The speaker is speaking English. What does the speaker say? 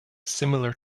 similar